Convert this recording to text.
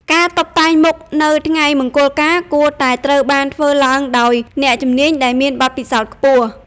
ការតុបតែងមុខនៅថ្ងៃមង្គលការគួរតែត្រូវបានធ្វើឡើងដោយ អ្នកជំនាញ ដែលមានបទពិសោធន៍ខ្ពស់ ។